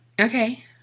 Okay